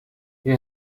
you